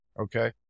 Okay